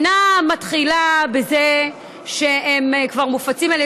אינה מתחילה בזה שהם כבר מופצים על